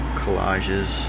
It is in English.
collages